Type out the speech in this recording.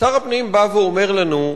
שר הפנים בא ואומר לנו: